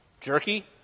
jerky